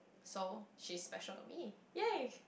so she's special to me yay